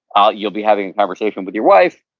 ah you'll be having a conversation with your wife,